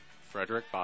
Frederick